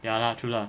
ya lah true lah